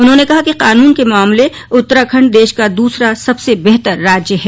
उन्होंने कहा कि कानून के मामले उत्तराखंड देश का दूसरा सबसे बेहतर राज्य है